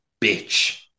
bitch